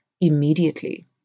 immediately